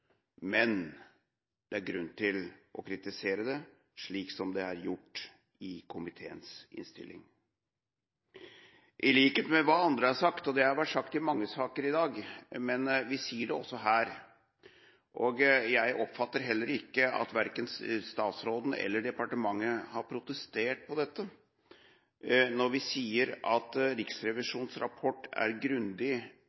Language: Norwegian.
men det er grunn til å kritisere det, slik det er gjort i komiteens innstilling – i likhet med hva andre har sagt, og det har vært sagt i mange saker i dag, men vi sier det også her. Jeg oppfatter heller ikke at verken statsråden eller departementet har protestert på dette når vi sier at